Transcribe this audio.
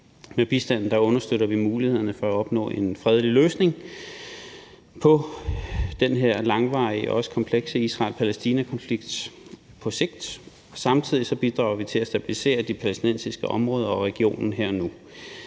Med bistanden understøtter vi mulighederne for på sigt at opnå en fredelig løsning på den her langvarige og også komplekse Israel-Palæstina-konflikt. Samtidig bidrager vi til at stabilisere de palæstinensiske områder og regionen her og nu.